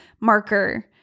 marker